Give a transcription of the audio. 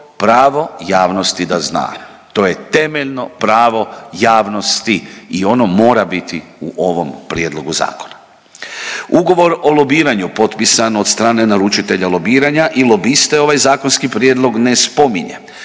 pravo javnosti da zna? To je temeljno pravo javnosti i ono mora biti u ovom prijedlogu zakona. Ugovor o lobiranju potpisan od strane naručitelja lobiranja i lobiste ovaj zakonski prijedlog ne spominje